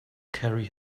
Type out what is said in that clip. carry